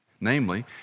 Namely